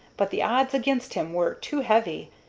but the odds against him were too heavy,